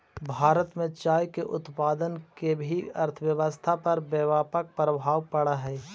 भारत में चाय के उत्पादन के भी अर्थव्यवस्था पर व्यापक प्रभाव पड़ऽ हइ